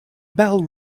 bell